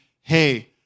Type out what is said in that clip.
hey